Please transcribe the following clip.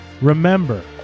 Remember